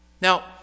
Now